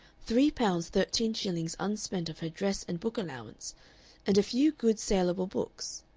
three pounds thirteen shillings unspent of her dress and book allowance and a few good salable books.